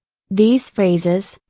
these phrases,